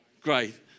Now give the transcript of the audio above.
great